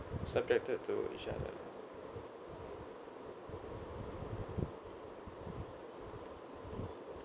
subjected to each other